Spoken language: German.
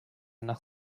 nach